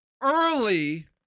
early